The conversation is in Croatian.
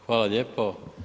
Hvala lijepo.